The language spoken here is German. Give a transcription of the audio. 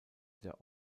der